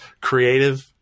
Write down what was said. Creative